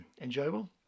enjoyable